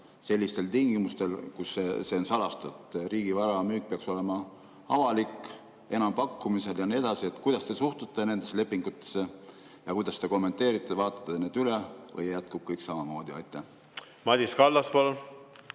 vara müüa tingimusel, et see on salastatud? Riigi vara müük peaks olema avalik, enampakkumisel ja nii edasi. Kuidas te suhtute nendesse lepingutesse ja kuidas te kommenteerite? Kas vaatate need üle või jätkub kõik samamoodi? Aitäh,